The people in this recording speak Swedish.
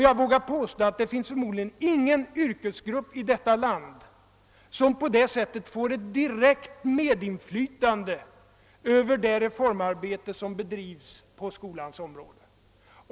Jag vågar påstå att det förmodligen inte finns någon annan yrkesgrupp i detta iland som får ett så direkt medinflytande över det reformarbete som bedrivs som denna yrkesgrupp på skolans område.